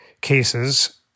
cases